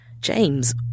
James